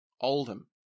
Oldham